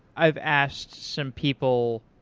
i've asked some people,